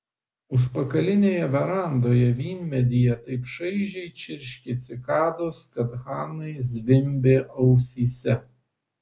užpakalinėje verandoje vynmedyje taip šaižiai čirškė cikados kad hanai zvimbė ausyse